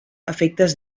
efectes